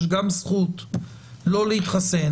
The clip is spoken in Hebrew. יש גם זכות לא להתחסן,